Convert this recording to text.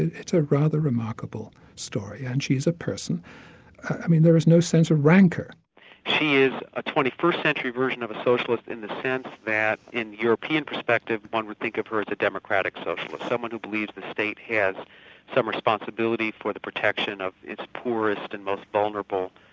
it's a rather remarkable story and she's a person i mean there is no sense of rancour. she is a twenty first century version of a socialist in the sense that in the european perspective one would think of her as a democratic socialist, someone who believes the state has some responsibility for the protection of its poorest and most vulnerablecitizens,